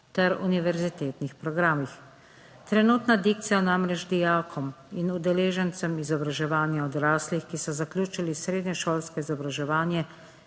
ter univerzitetnih programih. Trenutna dikcija namreč dijakom in udeležencem izobraževanja odraslih, ki so zaključili srednješolsko izobraževanje,